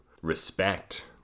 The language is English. respect